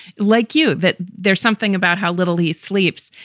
like you. that there's something about how little he sleeps.